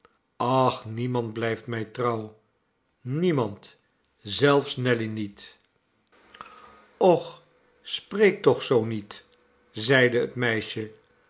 ach niemand blijft mij trouw niemand zelfs nelly niet och spreek toch zoo niet i zeide het meisje